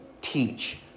teach